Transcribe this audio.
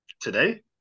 Today